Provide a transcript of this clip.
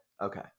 okay